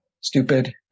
stupid